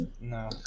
No